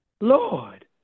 Lord